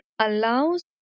allows